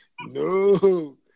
no